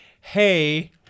hey